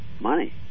money